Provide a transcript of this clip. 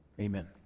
Amen